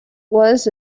was